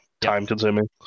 time-consuming